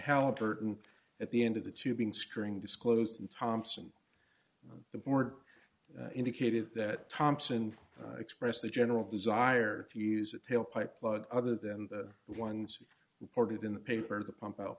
halliburton at the end of the tubing string disclosed and thompson the board indicated that thompson expressed the general desire to use it tailpipe but other than the ones reported in the paper the pump out